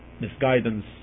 misguidance